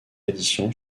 éditions